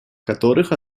которых